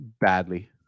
badly